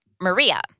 Maria